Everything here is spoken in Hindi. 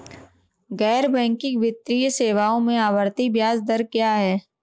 गैर बैंकिंग वित्तीय सेवाओं में आवर्ती ब्याज दर क्या है?